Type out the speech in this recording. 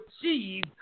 achieve